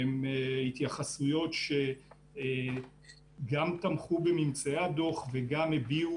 הן התייחסויות שגם תמכו בממצאי הדוח וגם הביעו